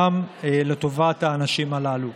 גם לטובת האנשים הללו.